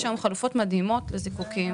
יש היום חלופות מדהימות לזיקוקים.